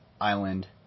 Island